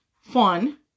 fun